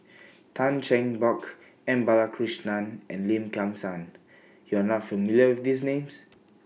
Tan Cheng Bock M Balakrishnan and Lim Kim San YOU Are not familiar with These Names